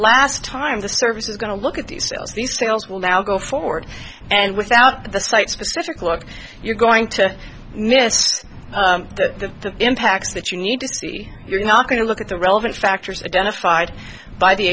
last time the service is going to look at the sales the sales will now go forward and without the site specific look you're going to miss the impacts that you need to see you're not going to look at the relevant factors identified by the